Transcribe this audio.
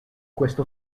questo